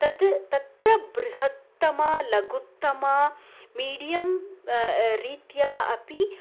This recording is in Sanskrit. तद् तत्र बृहत्तमा लघुत्तमा मीडियम्रीत्या अपि